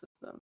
system